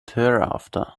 thereafter